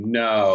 no